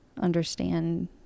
understand